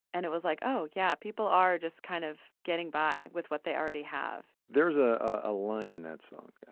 and it was like, oh yeah, people are just kind of getting by with what they already have there's a ah line in that song. yeah